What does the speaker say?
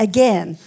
Again